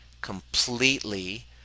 completely